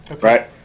Right